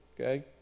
okay